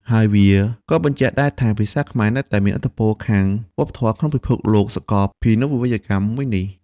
ហើយ វាក៏បញ្ជាក់ដែរថា ភាសាខ្មែរនៅតែមានឥទ្ធិពលខាងវប្បធម៌ក្នុងពិភពសាកលភាវូបនីយកម្មមួយនេះ។